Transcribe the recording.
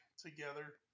together